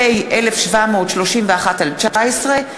פ/1731/19,